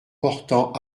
portant